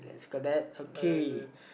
it's got that okay